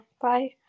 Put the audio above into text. bye